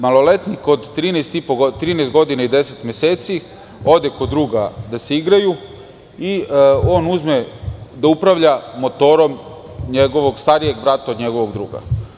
Maloletnik od 13 godina i 10 meseci ode kod druga da se igraju i on uzme da upravlja motorom starijeg brata njegovog druga.